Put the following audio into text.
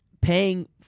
paying